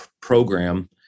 program